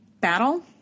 battle